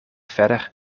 verder